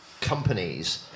companies